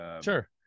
Sure